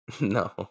No